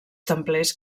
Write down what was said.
templers